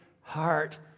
heart